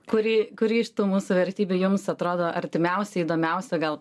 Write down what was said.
kuri kuri iš tų mūsų vertybių jums atrodo artimiausia įdomiausia gal